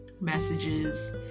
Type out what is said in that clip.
messages